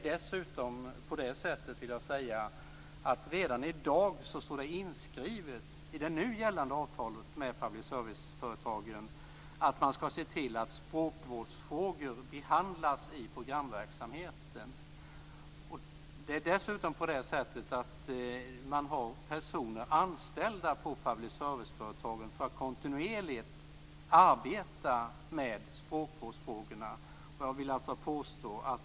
Redan i dag står det inskrivet i det nu gällande avtalet med public service-företagen att språkvårdsfrågor behandlas i programverksamheten. Det finns personer anställda på public service-företagen för att kontinuerligt arbeta med språkvårdsfrågor.